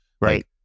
Right